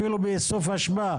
אפילו באיסוף אשפה,